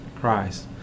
Christ